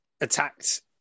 attacked